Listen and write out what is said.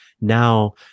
now